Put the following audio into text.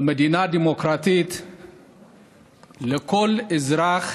במדינה דמוקרטית לכל אזרח